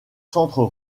centres